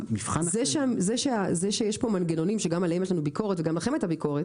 זה שיש פה מנגנונים שגם עליהם יש לנו ביקורת וגם לכם הייתה ביקורת,